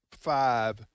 five